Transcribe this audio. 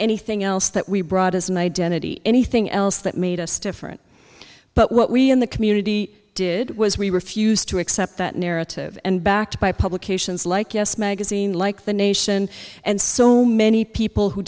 anything else that we brought as an identity anything else that made us different but what we in the community did was we refused to accept that narrative and backed by publications like us magazine like the nation and so many people who